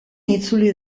itzuli